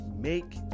make